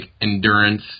endurance